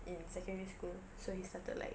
in secondary school so he started like